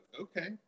okay